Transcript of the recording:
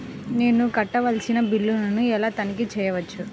నేను కట్టవలసిన బిల్లులను ఎలా తనిఖీ చెయ్యవచ్చు?